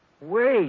Wait